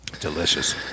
Delicious